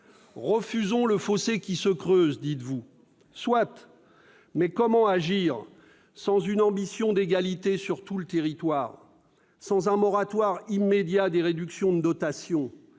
Refusons le fossé qui se creuse, nous dites-vous. Soit, mais comment agir sans une ambition d'égalité sur tout le territoire, sans un moratoire immédiat des réductions de dotations